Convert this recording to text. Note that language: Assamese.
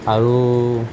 আৰু